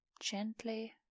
Gently